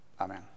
Amen